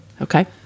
Okay